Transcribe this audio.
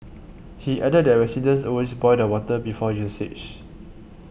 he added that residents always boil the water before usage